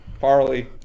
Farley